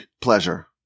pleasure